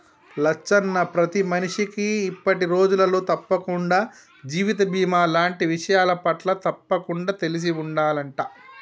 లచ్చన్న ప్రతి మనిషికి ఇప్పటి రోజులలో తప్పకుండా జీవిత బీమా లాంటి విషయాలపట్ల తప్పకుండా తెలిసి ఉండాలంట